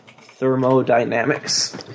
thermodynamics